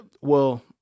Well-